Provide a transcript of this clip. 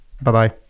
Bye-bye